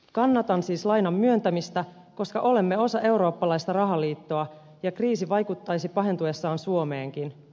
kannatan siis lainan myöntämistä koska olemme osa eurooppalaista rahaliittoa ja kriisi vaikuttaisi pahentuessaan suomeenkin